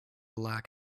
lack